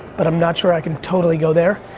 but i'm not sure i can totally go there.